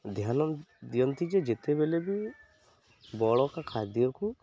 ଧ୍ୟାନ ଦିଅନ୍ତି ଯେ ଯେତେବେଳେ ବି ବଳକା ଖାଦ୍ୟକୁ